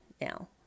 now